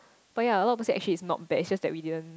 but ya a lot of people actually it's not bad it's just that we didn't